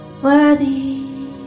Worthy